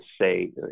say